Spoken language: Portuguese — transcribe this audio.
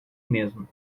mesmo